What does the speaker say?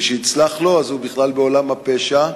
וכשיצלח בידו הוא בכלל בעולם הפשע.